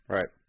Right